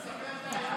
אתה מספר את האמת